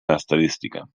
estadística